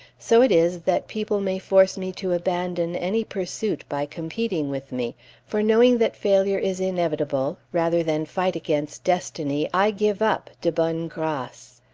so it is, that people may force me to abandon any pursuit by competing with me for knowing that failure is inevitable, rather than fight against destiny i give up de bonne grace.